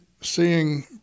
seeing